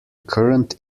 current